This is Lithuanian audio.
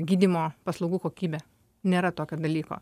gydymo paslaugų kokybę nėra tokio dalyko